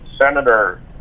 senator